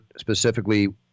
specifically